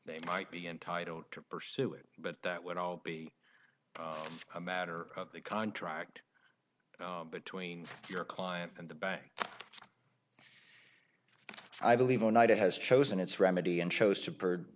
they might be entitled to pursue it but that would all be a matter of the contract between your client and the bank i believe or not has chosen its remedy and chose to bird